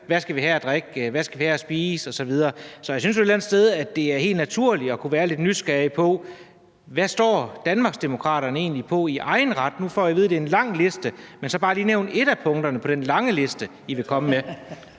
Hvad skal vi have at drikke og spise? Så jeg synes jo, at det et eller andet sted er helt naturligt at kunne være lidt nysgerrig på: Hvad står Danmarksdemokraterne egentlig på i egen ret? Nu får jeg at vide, at man har en lang liste, men kan ordføreren så nævne bare ét af punkterne på den lange liste, I vil komme med?